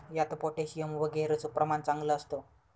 यात पोटॅशियम वगैरेचं प्रमाण चांगलं असतं